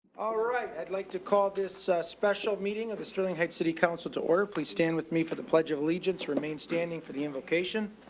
all right. i'd like to call this a special meeting of the sterling heights city council to order. please stand with me for the pledge of allegiance. remain standing for the invocation.